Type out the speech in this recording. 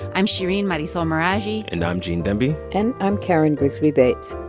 i'm shereen marisol meraji and i'm gene demby and i'm karen grigsby bates.